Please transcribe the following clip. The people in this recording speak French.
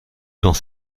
dans